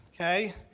okay